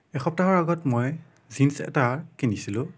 এসপ্তাহৰ আগত মই জিন্স এটা কিনিছিলোঁ